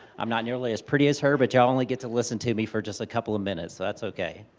i'm not nearly as pretty as her, but you all only get to listen to me for just a couple of minutes so that's okay.